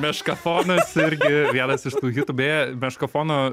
meškafonas irgi vienas iš tų hitų beje meškafono